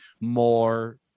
More